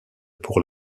pour